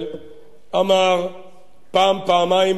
הוא אמר פעם-פעמיים בתקשורת,